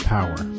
Power